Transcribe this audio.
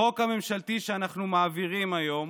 החוק הממשלתי שאנחנו מעבירים היום